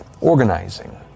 organizing